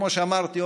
כמו שאמרתי,